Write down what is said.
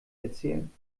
erzählen